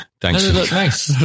Thanks